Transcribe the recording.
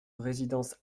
résidence